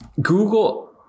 Google